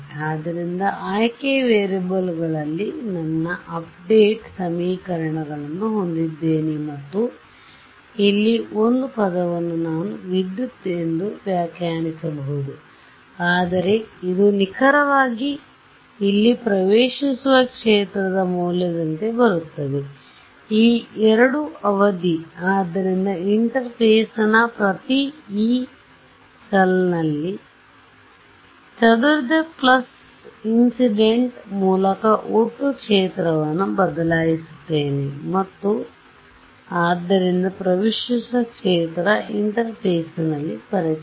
ಆದ್ದರಿಂದ ಆಯ್ಕೆಯ ವೇರಿಯೇಬಲ್ ಗಳಲ್ಲಿ ನನ್ನ ಅಪ್ಡೇಟ್ ಸಮೀಕರಣಗಳನ್ನು ಹೊಂದಿದ್ದೇನೆ ಮತ್ತು ಇಲ್ಲಿ ಒಂದು ಪದವನ್ನು ನಾನು ವಿದ್ಯುತ್ ಎಂದು ವ್ಯಾಖ್ಯಾನಿಸಬಹುದು ಆದರೆ ಇದು ನಿಖರವಾಗಿ ಇಲ್ಲಿ ಪ್ರವೇಶಿಸುವ ಕ್ಷೇತ್ರದ ಮೌಲ್ಯದಂತೆ ಬರುತ್ತದೆ ಈ ಎರಡನೇ ಅವಧಿ ಆದ್ದರಿಂದ ಇಂಟರ್ಫೇಸ್ನ ಪ್ರತಿ ಯೀ ಸೆಲ್ನಲ್ಲಿ ಚದುರಿದ ಪ್ಲಸ್ ಇನ್ಸಿಡೆಂಟ್ ಮೂಲಕ ಒಟ್ಟು ಕ್ಷೇತ್ರವನ್ನು ಬದಲಾಯಿಸುತ್ತೇನೆ ಮತ್ತು ಆದ್ದರಿಂದ ಪ್ರವೇಶಿಸುವ ಕ್ಷೇತ್ರವು ಇಂಟರ್ಫೇಸ್ನಲ್ಲಿinterface